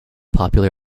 popular